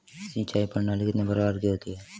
सिंचाई प्रणाली कितने प्रकार की होती हैं?